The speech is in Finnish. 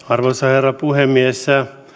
arvoisa herra puhemies